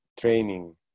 training